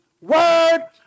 word